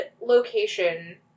location